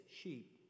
sheep